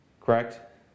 correct